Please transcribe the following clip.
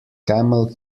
camel